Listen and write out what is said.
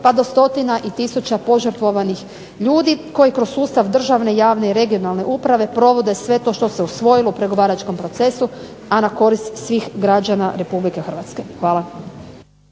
pa do stotina i tisuća požrtvovanih ljudi koji kroz sustav državne, javne i regionalne uprave provode sve to što se usvojilo u pregovaračkom procesu, a na korist svih građana RH. Hvala.